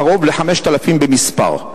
קרוב ל-5,000 במספר,